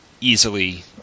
easily